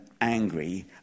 angry